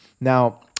Now